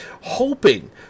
hoping